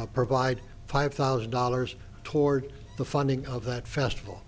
to provide five thousand dollars toward the funding of that festival